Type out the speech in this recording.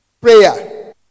prayer